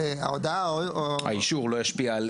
ההודעה או --- האישור לא ישפיע.